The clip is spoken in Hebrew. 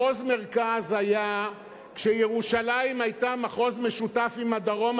מחוז מרכז היה כשירושלים היתה מחוז משותף עם הדרום,